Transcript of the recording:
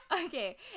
okay